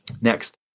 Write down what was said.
Next